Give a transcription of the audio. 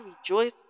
rejoice